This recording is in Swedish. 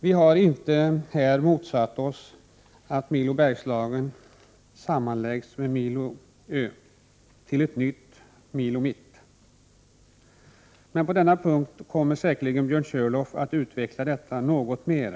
Vi har inte här motsatt oss att Milo Bergslagen sammanläggs med Milo Ö till ett nytt Milo Mitt. På denna punkt kommer säkerligen Björn Planering och ansla, z tr se É Körlof att utveckla våra synpunkter något mera.